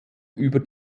über